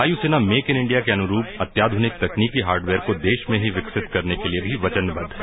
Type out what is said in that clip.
वायुसेना make in India के अनुरूप अत्याधनिक तकनीकी हार्डवेयर को देश में ही विकसित करने के लिए भी वचनबद्ध है